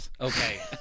Okay